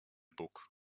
bóg